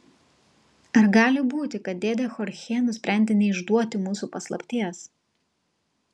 ar gali būti kad dėdė chorchė nusprendė neišduoti mūsų paslapties